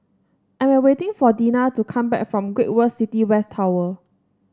I am waiting for Deena to come back from Great World City West Tower